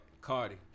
Cardi